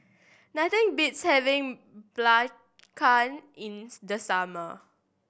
nothing beats having Belacan in the summer